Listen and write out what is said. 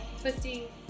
twisty